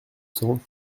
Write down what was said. cents